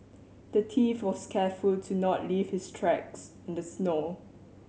the thief was careful to not leave his tracks in the snow